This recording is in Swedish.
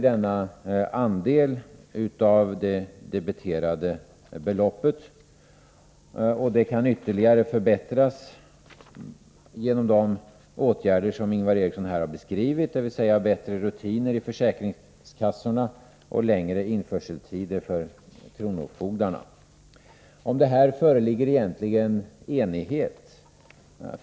Denna andel av det debiterade beloppet stiger dock, och det kan ytterligare förbättras genom de åtgärder som Ingvar Eriksson här har beskrivit, dvs. bättre rutiner i försäkringskassorna och längre införseltider för kronofogdarna. Om detta föreligger emellertid enighet.